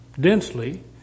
densely